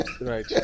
right